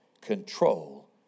control